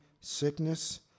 sickness